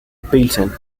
pilsen